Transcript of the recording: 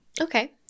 okay